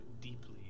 deeply